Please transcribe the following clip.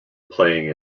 playing